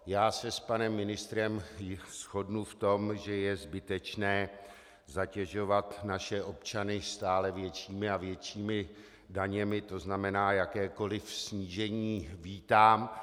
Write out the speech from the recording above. Já se s panem ministrem shodnu v tom, že je zbytečné zatěžovat naše občany stále většími a většími daněmi, tzn. jakékoliv snížení vítám.